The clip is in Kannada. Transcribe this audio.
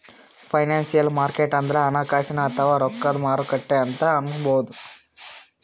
ಫೈನಾನ್ಸಿಯಲ್ ಮಾರ್ಕೆಟ್ ಅಂದ್ರ ಹಣಕಾಸಿನ್ ಅಥವಾ ರೊಕ್ಕದ್ ಮಾರುಕಟ್ಟೆ ಅಂತ್ ಅನ್ಬಹುದ್